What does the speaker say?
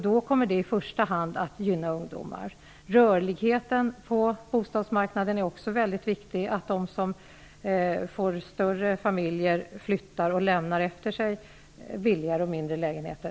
Det kommer då i första hand att gynna ungdomar. Rörligheten på bostadsmarknaden är också väldigt viktig. De som får större familjer flyttar och lämnar efter sig billigare och mindre lägenheter.